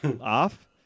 off